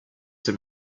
ses